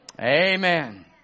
Amen